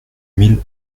mille